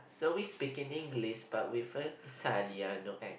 so we speak in English but with a Italiano ac~